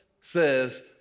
says